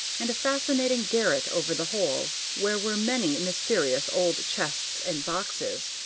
and a fascinating garret over the whole, where were many mysterious old chests and boxes,